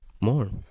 more